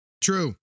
True